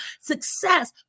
success